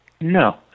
No